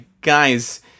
guys